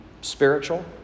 spiritual